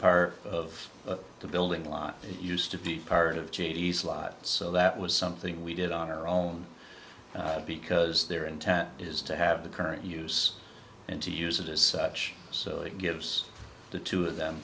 part of the building law used to be part of g e s life so that was something we did on our own because their intent is to have the current use and to use it as such so it gives the two of them